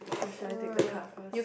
or should I take the card first